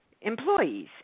employees